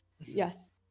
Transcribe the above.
yes